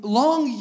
long